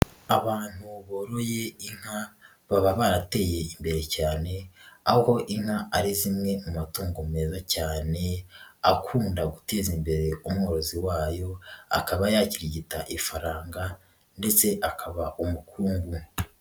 Abantu boroye inka, baba barateye imbere cyane, aho inka ari zimwe mu matungo meza cyane, akunda gutera imbere umworozi wayo, akaba yakirigita ifaranga ndetse akaba umukungu.